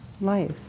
life